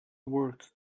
work